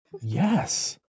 Yes